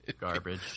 garbage